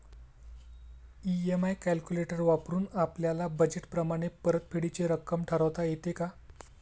EMI calculator वापरून आपापल्या budget प्रमाणे परतफेडीची रक्कम ठरवता येते का?